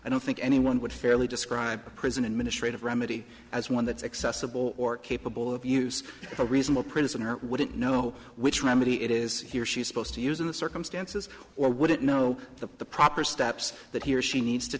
i don't think anyone would fairly describe a prison administrative remedy as one that is accessible or capable of use a reasonable prisoner wouldn't know which remedy it is he or she is supposed to use in the circumstances or would it know the proper steps that he or she needs to